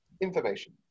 Information